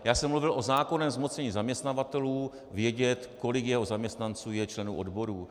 Já jsem mluvil o zákonném zmocnění zaměstnavatelů vědět, kolik jeho zaměstnanců je členů odborů.